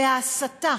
וההסתה